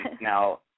now